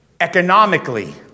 economically